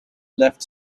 left